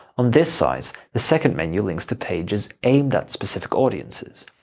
on this site, the second menu links to pages aimed at specific audiences.